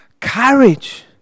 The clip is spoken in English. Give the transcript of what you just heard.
courage